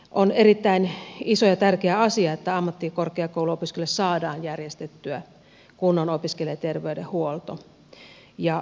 on erittäin iso ja tärkeä asia että ammattikorkeakouluopiskelijoille saadaan järjestettyä kunnon opiskelijaterveydenhuolto